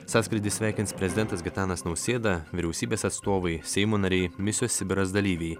sąskrydį sveikins prezidentas gitanas nausėda vyriausybės atstovai seimo nariai misijos sibiras dalyviai